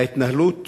ההתנהלות